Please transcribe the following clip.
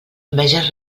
enveges